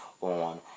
on